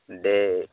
দে